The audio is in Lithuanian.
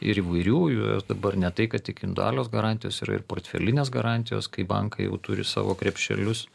ir įvairių jų jos dabar ne tai kad tik individualios garantijos yra ir portfelinės garantijos kai bankai jau turi savo krepšelius